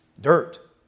dirt